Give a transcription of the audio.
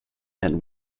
and